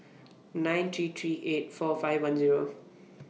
nine three three eight four five one Zero